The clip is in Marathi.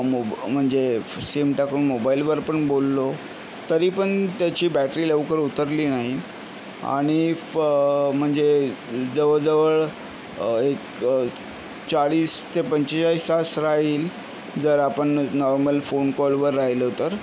मोब म्हणजे सिम टाकून मोबाईलवर पण बोललो तरी पण त्याची बॅटरी लवकर उतरली नाही आणि फ म्हणजे जवळजवळ एक चाळीस ते पंचेचाळीस तास राहील जर आपण नॉर्मल फोन कॉलवर राहिलो तर